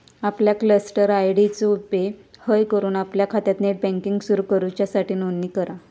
आपल्या cluster ID चो उपेग हय करून आपल्या खात्यात नेट बँकिंग सुरू करूच्यासाठी नोंदणी करा